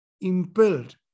impelled